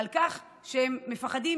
על כך שהם מפחדים,